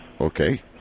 Okay